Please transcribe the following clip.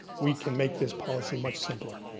we can make this policy much simpler.